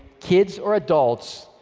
kids or adults,